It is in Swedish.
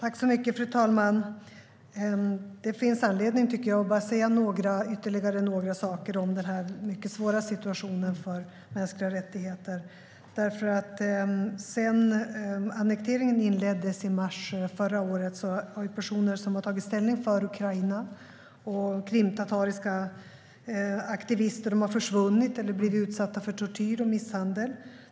Fru talman! Det finns anledning, tycker jag, att säga ytterligare några saker om den mycket svåra situationen för mänskliga rättigheter. Sedan annekteringen inleddes i mars förra året har personer som tagit ställning för Ukraina och krimtatariska aktivister försvunnit eller blivit utsatta för tortyr och misshandel.